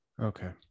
okay